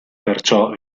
perciò